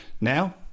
Now